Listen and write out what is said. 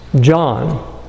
John